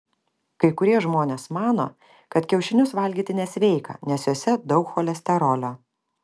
kai kurie žmonės mano kad kiaušinius valgyti nesveika nes juose daug cholesterolio